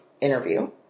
interview